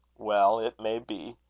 well, it may be.